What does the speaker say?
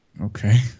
Okay